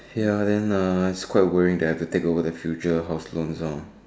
ya then uh it's quite worrying that I have to take over the future house loans lor